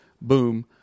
boom